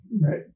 Right